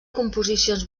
composicions